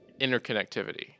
interconnectivity